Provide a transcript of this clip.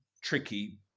tricky